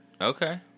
Okay